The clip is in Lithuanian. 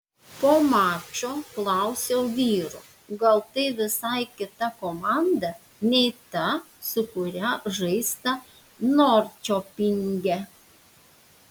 po mačo klausiau vyrų gal tai visai kita komanda nei ta su kuria žaista norčiopinge